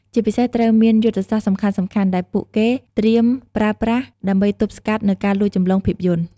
ជាពិសេសត្រូវមានយុទ្ធសាស្ត្រសំខាន់ៗដែលពួកគេត្រៀមប្រើប្រាស់ដើម្បីទប់ស្កាត់នូវការលួចចម្លងភាពយន្ត។